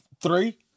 three